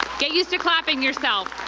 get used to clapping yourself.